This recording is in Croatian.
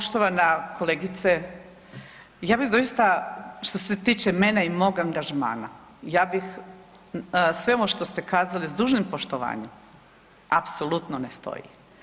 Poštovana kolegice, ja bih doista što se tiče mene i mog angažmana, ja bih sve ovo što ste kazali s dužnim poštovanjem apsolutno ne stoji.